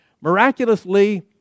Miraculously